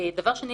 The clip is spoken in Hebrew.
שנית,